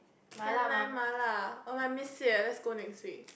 Can Nine MaLa oh I miss it leh let's go next week